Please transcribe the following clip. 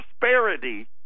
prosperity